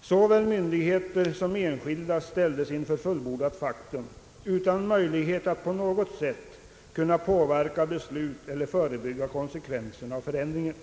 Såväl myndigheter som enskilda ställdes inför fullbordat faktum utan möjlighet att på något sätt påverka besluten eller förebygga konsekvenserna av förändringen.